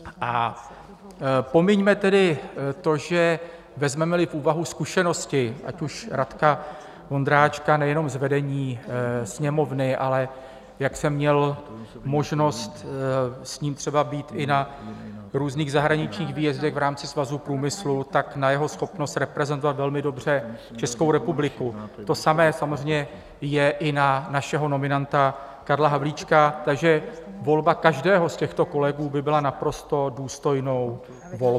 A pomiňme tedy to, že vezmemeli v úvahu zkušenosti ať už Radka Vondráčka, nejenom z vedení Sněmovny, ale jak jsem měl možnost s ním třeba být i na různých zahraničních výjezdech v rámci Svazu průmyslu, tak na jeho schopnost reprezentovat velmi dobře Českou republiku, to samé samozřejmě je i na našeho nominanta Karla Havlíčka, takže volba každého z těchto kolegů by byla naprosto důstojnou volbou.